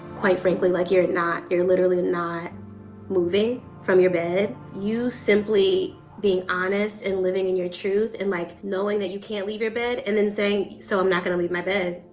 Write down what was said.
quite frankly, like you're not, you're literally not moving from your bed. you simply being honest and living in your truth and like, knowing that you can't leave your bed and then saying, so i'm not gonna leave my bed.